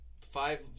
five